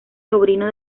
sobrino